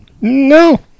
no